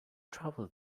trouble